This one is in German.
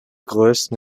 größten